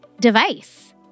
device